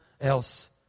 else